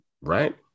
Right